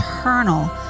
eternal